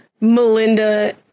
Melinda